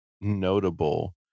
notable